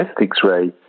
X-ray